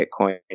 Bitcoin